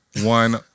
One